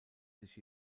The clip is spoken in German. sich